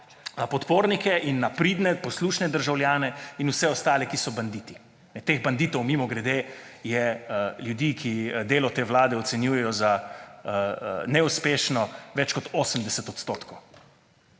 na podpornike in na pridne, poslušne državljane ter vse ostale, ki so banditi. Teh banditov, mimogrede, je, ljudi, ki delo te vlade ocenjujejo za neuspešno, več kot 80 %.